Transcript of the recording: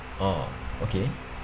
oh okay